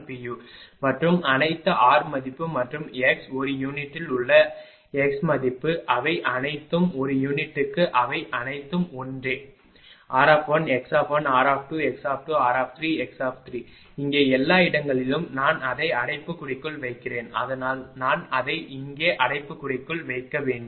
u மற்றும் அனைத்து r மதிப்பு மற்றும் x ஒரு யூனிட்டில் உள்ள x மதிப்பு அவை அனைத்தும் ஒரு யூனிட்டுக்கு அவை அனைத்தும் ஒன்றேr x r x r x இங்கே எல்லா இடங்களிலும் நான் அதை அடைப்புக்குறிக்குள் வைக்கிறேன் அதனால் நான் அதை இங்கே அடைப்புக்குறிக்குள் வைக்க வேண்டும்